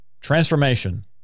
transformation